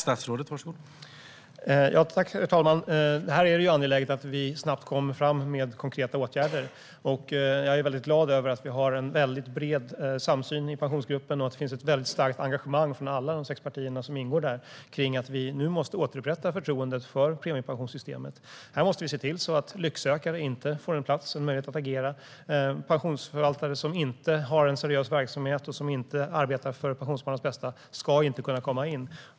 Herr talman! Det är angeläget att vi snabbt kommer med konkreta åtgärder. Jag är väldigt glad över att vi har en bred samsyn i Pensionsgruppen och att det finns ett starkt engagemang från alla de sex partier som ingår där för att vi nu måste återupprätta förtroendet för premiepensionssystemet. Vi måste se till så att lycksökare inte får en plats och en möjlighet att agera. Pensionsförvaltare som inte har en seriös verksamhet och som inte arbetar för pensionsspararnas bästa ska inte kunna komma in.